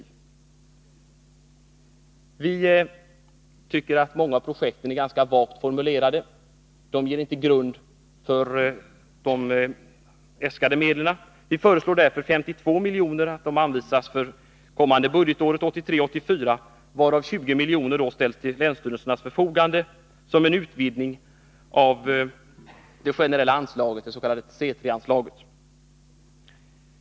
Vi anser emellertid att många av projekten är alltför vagt formulerade för att ligga till grund för de äskade medlen. Vi föreslår därför att 52 miljoner skall anvisas för budgetåret 1983/84, varav 20 miljoner ställs till länsstyrelsernas förfogande som en utvidgning av det generella anslaget, det s.k. C 3-anslaget.